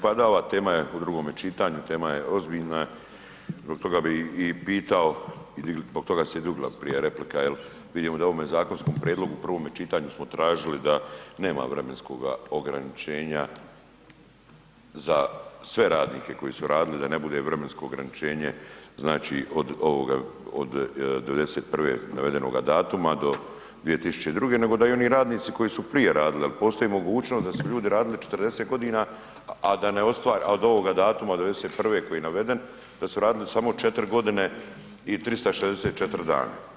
Pa da ova tema je u drugom čitanju, tema je ozbiljna zbog toga bih i pitao, zbog toga se i digla prije replika jel, vidimo da u ovome zakonskom prijedlogu u prvome čitanju smo tražili da nema vremenskoga ograničenja za sve radnike koji su radili, da ne bude vremensko ograničenje od '91. navedenoga datuma do 2002. nego da i oni radnici koji su prije radili jel postoji mogućnost da su ljudi radili 40 godina, a da ostvare, od ovoga datuma od '91. koji je naveden, da su radili samo 4 godine 364 dana.